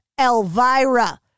Elvira